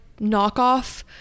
knockoff